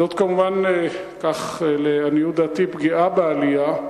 זאת, כמובן, לעניות דעתי, פגיעה בעלייה.